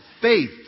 faith